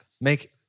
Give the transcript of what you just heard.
make